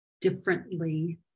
differently